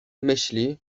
myśli